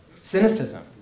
cynicism